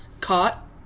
caught